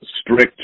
strict